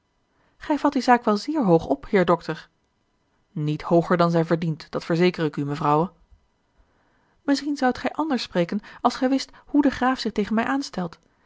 vat die zaak wel zeer hoog op heer dokter niet hooger dan zij verdient dat verzeker ik u mevrouwe misschien zoudt gij anders spreken als gij wist hoe de graaf zich tegen mij aanstelt